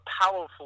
powerful